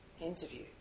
interview